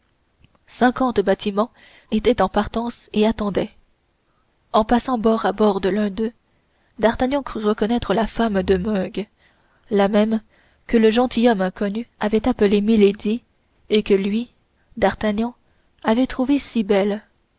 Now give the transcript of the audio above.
cinquante bâtiments étaient en partance et attendaient en passant bord à bord de l'un d'eux d'artagnan crut reconnaître la femme de meung la même que le gentilhomme inconnu avait appelée milady et que lui d'artagnan avait trouvée si belle